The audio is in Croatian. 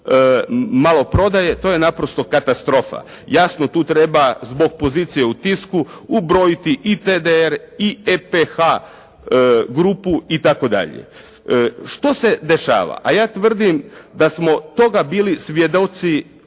maloprodaje, to je naprosto katastrofa. Jasno tu treba zbog pozicije u tisku ubrojiti i TDR i EPH grupu itd. Što se dešava? A ja tvrdim da smo toga bili svjedoci